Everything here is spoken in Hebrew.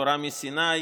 תורה מסיני,